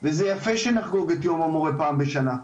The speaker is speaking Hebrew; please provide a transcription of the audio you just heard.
וזה יפה שנחגוג את יום המורה פעמיים בשנה.